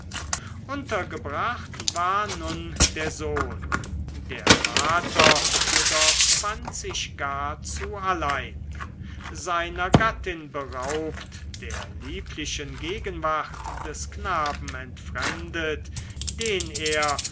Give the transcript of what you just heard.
untergebracht war nun der sohn der vater jedoch fand sich gar zu allein seiner gattin beraubt der lieblichen gegenwart des knaben entfremdet den er